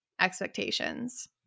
expectations